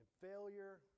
failure